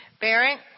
Barrett